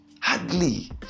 hardly